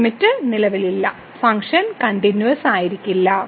ഈ ലിമിറ്റ് നിലവിലില്ല ഫംഗ്ഷൻ കണ്ടിന്യൂവസ്സായിരിക്കില്ല